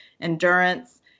endurance